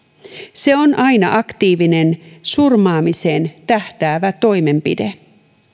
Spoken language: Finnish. se on aktiivinen surmaamiseen tähtäävä toimenpide